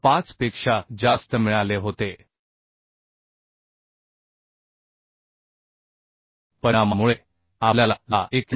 5 पेक्षा जास्त मिळाले होते परिणामामुळे आपल्याला ला 91